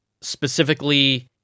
specifically